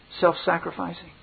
self-sacrificing